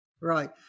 Right